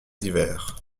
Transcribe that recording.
d’hiver